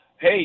hey